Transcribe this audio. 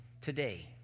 today